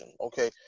okay